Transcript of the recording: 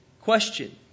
question